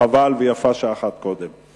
חבל, ויפה שעה אחת קודם.